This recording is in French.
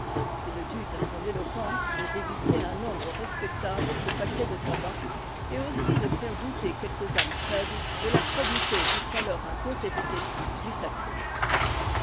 il dut à son éloquence de débiter un nombre respectable de paquets de tabac et aussi de faire douter quelques âmes faibles de la probité jusqu'alors incontes tée du sacriste